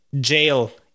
jail